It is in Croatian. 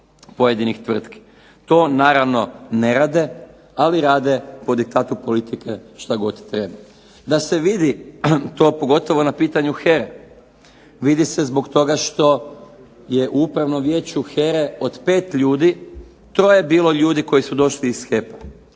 pojedinih tvrtki. To naravno ne rade, ali rade po diktatu politike što god treba. Da se vidi to, pogotovo na pitanju HERA-e, vidi se zbog toga što je u Upravnom vijeću HERA-e od 5 ljudi, 3 bilo ljudi koji su došli iz HEP-a.